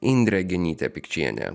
indrė genytė pikčienė